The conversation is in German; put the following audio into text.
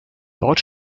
dort